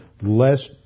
less